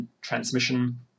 transmission